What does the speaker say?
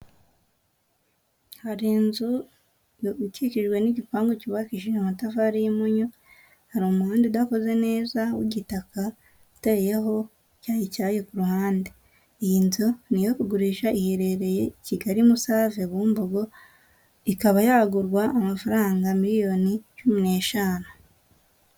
Hari inzu ikikijwe n'igipangu cyubakishije amatafari y'impunyu, hari umuhanda udakoze neza w'igitaka uteyeho cyayi cyayi ku ruhande, iyi nzu ni iyo kugurisha iherereye i Kigali Musave Bumbogo ikaba yagurwa amafaranga miliyoni cumi n'eshanu.